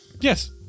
Yes